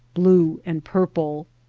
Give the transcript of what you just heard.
blue, and purple.